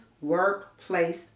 workplace